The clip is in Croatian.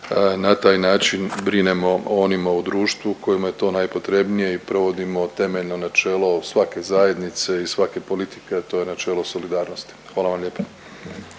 na taj način brinemo o onima u društvima kojima je to najpotrebnije i provodimo temeljno načelo svake zajednice i svake politike, a to je načelo solidarnosti, hvala vam lijepo.